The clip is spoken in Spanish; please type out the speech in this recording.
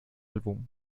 álbum